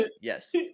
Yes